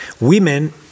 women